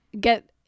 get